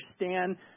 understand